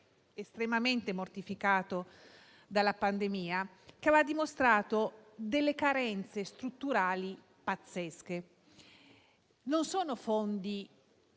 estremamente mortificato dalla pandemia, che aveva dimostrato carenze strutturali pazzesche. Non sono fondi